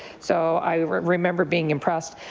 so i remember being impressed.